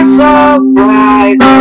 surprise